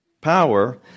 power